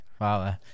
Wow